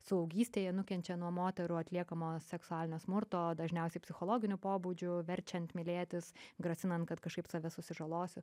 saugystėje nukenčia nuo moterų atliekamo seksualinio smurto dažniausiai psichologinio pobūdžio verčiant mylėtis grasinant kad kažkaip save susižalosiu